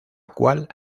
cual